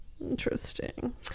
Interesting